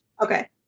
okay